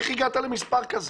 איך הגעת למספר כזה?